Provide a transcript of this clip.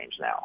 now